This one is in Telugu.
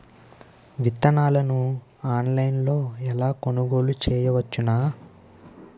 విత్తనాలను ఆన్లైన్లో ఎలా కొనుగోలు చేయవచ్చున?